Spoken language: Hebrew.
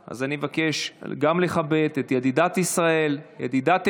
אני אבקש מהשרה להגנת הסביבה לסכם את הדיון.